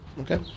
okay